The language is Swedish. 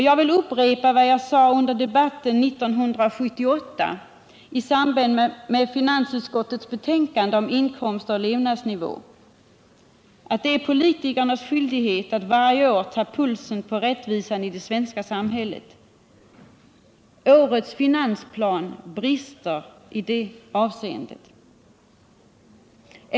Jag vill upprepa vad jag sade under debatten 1978 i samband med behandlingen av finansutskottets betänkande om inkomster och levnadsnivå: Det är politikernas skyldighet att varje år ta pulsen på rättvisan i det svenska samhället. Årets finansplan brister i det avseendet.